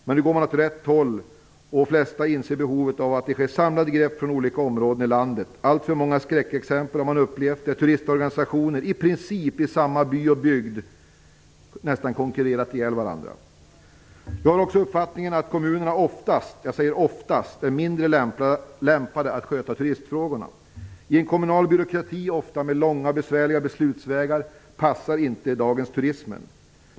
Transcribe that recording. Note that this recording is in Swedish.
Men nu går man åt rätt håll, och de flesta inser behovet av att det sker samlade grepp från olika områden i landet. Alltför många skräckexempel har man upplevt där turistorganisationer - i princip i samma by och bygd - nästan konkurrerat ihjäl varandra. Jag har också uppfattningen att kommunerna oftast - jag säger oftast - är mindre lämpade att sköta turistfrågorna. I en kommunal byråkrati, ofta med långa och besvärliga beslutsvägar, passar inte dagens turism.